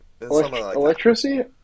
electricity